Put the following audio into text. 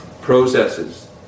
processes